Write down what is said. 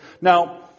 Now